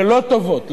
ללא טובות,